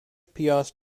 piast